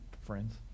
friends